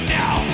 now